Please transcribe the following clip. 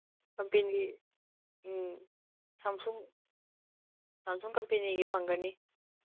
company ꯎꯝ Samsung Samsung ꯀꯝꯄꯦꯅꯤꯒꯤ ꯐꯪꯒꯅꯤ